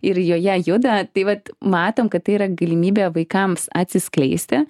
ir joje juda tai vat matom kad tai yra galimybė vaikams atsiskleisti